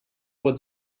what